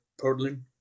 Portland